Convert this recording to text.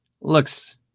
looks